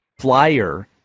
flyer